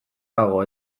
dago